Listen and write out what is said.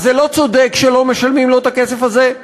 אז זה לא צודק שלא משלמים לו את הכסף הזה,